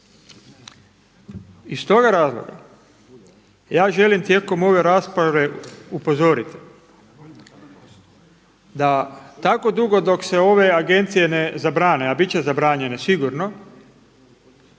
Iz toga razloga ja želim tijekom ove rasprave upozoriti da tako dugo dok se ove agencije ne zabrane, a bit će zabranjene sigurno